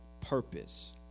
purpose